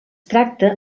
tracta